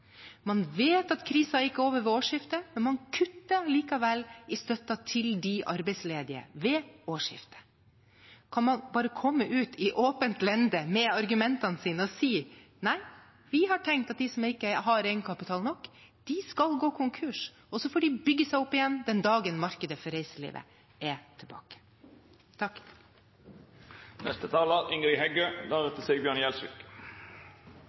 Man vet at krisen ikke er over ved årsskiftet, men man kutter allikevel i støtten til de arbeidsledige ved årsskiftet. Kan man bare komme ut i åpent lende med argumentene sine og si: Nei, vi har tenkt at de som ikke har egenkapital nok, skal gå konkurs, og så får de bygge seg opp igjen den dagen markedet for reiselivet er tilbake.